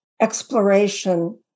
exploration